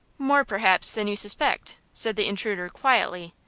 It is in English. more, perhaps, than you suspect, said the intruder, quietly.